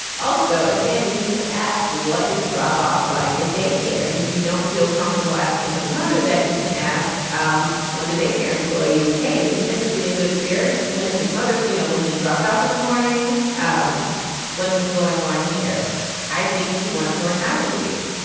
also again you need to ask what is drop off like a daycare and if you don't feel comfortable asking his mother that you can ask um when the daycare employees. hey is he typically in good spirits when his mother you know when he's dropped off in the mornings. um what's been going on here i think he wants more time with you.